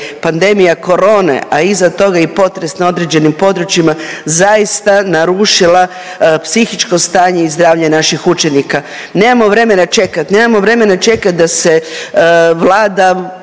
pandemija corone, a iza toga i potres na određenim područjima zaista narušila psihičko stanje i zdravlje naših učenika. Nemamo vremena čekati. Nemamo vremena čekati da se Vlada